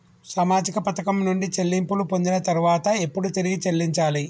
సామాజిక పథకం నుండి చెల్లింపులు పొందిన తర్వాత ఎప్పుడు తిరిగి చెల్లించాలి?